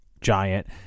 Giant